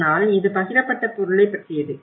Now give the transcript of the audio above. ஆனால் இது பகிரப்பட்ட பொருளைப் பற்றியது